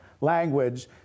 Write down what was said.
language